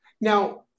Now